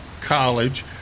college